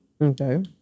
Okay